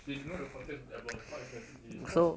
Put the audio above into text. eh you know the content with abalone how expensive it is because